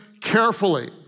carefully